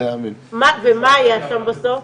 ומה היה שם בסוף?